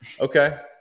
Okay